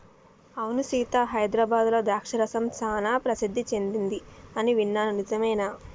అవును సీత హైదరాబాద్లో ద్రాక్ష రసం సానా ప్రసిద్ధి సెదింది అని విన్నాను నిజమేనా